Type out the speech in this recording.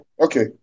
okay